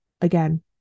again